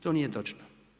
To nije točno.